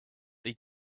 they